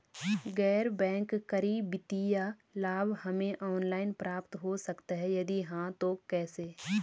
गैर बैंक करी वित्तीय लाभ हमें ऑनलाइन प्राप्त हो सकता है यदि हाँ तो कैसे?